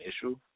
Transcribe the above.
issue